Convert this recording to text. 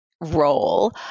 role